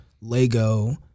Lego